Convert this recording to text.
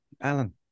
Alan